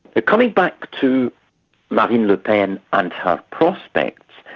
but coming back to marine le pen and her prospects.